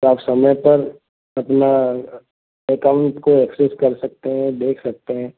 तो आप समय पर अपना एकाउन्ट को एक्सेस कर सकते हैं देख सकते हैं